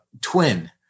twin